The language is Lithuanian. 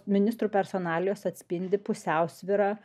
ministrų personalijos atspindi pusiausvyrą